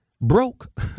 broke